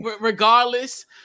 regardless